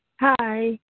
hi